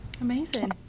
Amazing